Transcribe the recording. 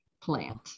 plant